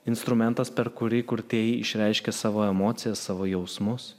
instrumentas per kurį kurtieji išreiškia savo emocijas savo jausmus